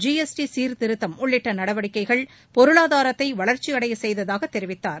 GST சீர்திருத்தம் உள்ளிட்ட நடவடிக்கைகள் பொருளாதாரத்தை வளர்ச்சியடைய செய்ததாக தெரிவித்தார்